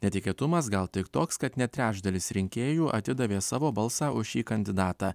netikėtumas gal tik toks kad net trečdalis rinkėjų atidavė savo balsą už šį kandidatą